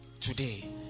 today